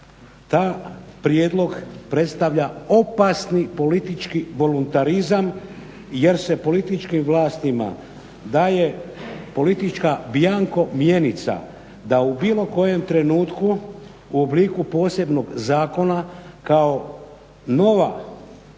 taj prijedlog predstavlja opasni politički voluntarizam jer se političkim vlastima daje politička bjanko mjenica da u bilo kojem trenutku u obliku posebnog zakona kao nova